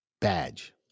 badge